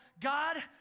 God